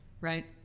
right